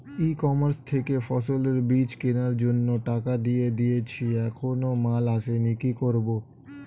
ই commerce থেকে ফসলের বীজ কেনার জন্য টাকা দিয়ে দিয়েছি এখনো মাল আসেনি কি করব?